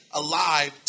alive